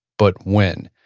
but when.